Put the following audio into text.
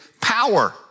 power